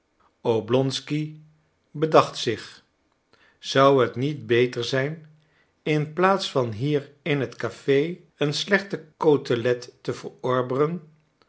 oblonsky bedacht zich zou het niet beter zijn in plaats van hier in het café een slechte cotelette te verorberen